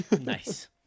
Nice